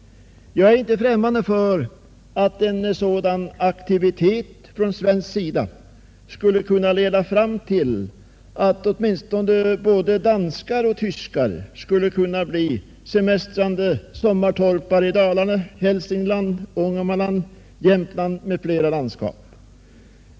Jag är inte främmande för att en sådan aktivitet från svensk sida skulle leda fram till att åtminstone både danskar och tyskar skulle kunna bli semestrande sommartorpare i Dalarna, Hälsingland, Ångermanland, Jämtland m.fl. landskap.